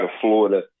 Florida